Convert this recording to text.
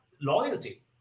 Loyalty